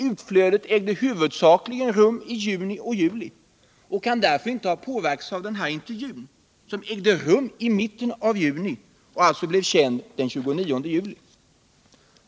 Utflödet ägde huvudsakligen rum i juni och juli och kan därför icke ha påverkats av den nämnda intervjun, som ägde rum i mitten av juni och alltså blev känd den 29 juni.